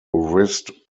wrist